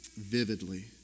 vividly